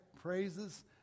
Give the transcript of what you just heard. praises